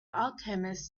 alchemists